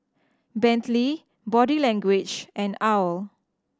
Bentley Body Language and owl